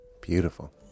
beautiful